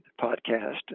podcast